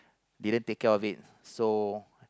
didn't take care of it so